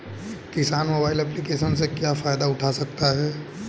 किसान mobile application से क्या फायदा उठा सकता है?